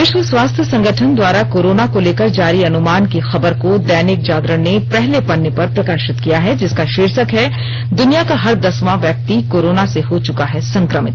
विश्व स्वास्थ्य संगठन द्वारा कोरोना को लेकर जारी अनुमान की खबर को दैनिक जागरण ने पहले पन्ने पर प्रकाशित किया है जिसका शीर्षक है दुनिया का हर दसवां व्यक्ति कोरोना से हो चुका है संक्रमित